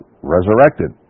resurrected